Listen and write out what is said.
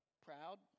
Proud